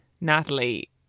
Natalie